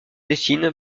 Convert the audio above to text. dessine